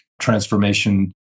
transformation